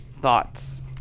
Thoughts